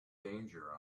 danger